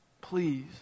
Please